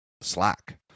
slack